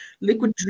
liquid